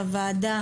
לוועדה,